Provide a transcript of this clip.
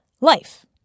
life